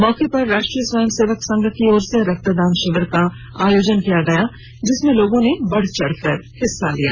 मौके पर राष्ट्रीय स्वयंसेवक संघ की ओर से रक्तदान शिविर का आयोजन किया गया जिसमें लोगों ने बढ़चढ़कर हिस्सा लिया